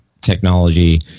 technology